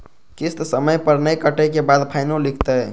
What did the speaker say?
किस्त समय पर नय कटै के बाद फाइनो लिखते?